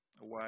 away